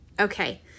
Okay